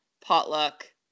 potluck